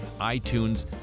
iTunes